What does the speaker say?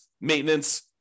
maintenance